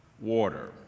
water